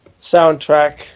soundtrack